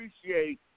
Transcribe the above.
appreciate